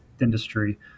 industry